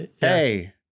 Hey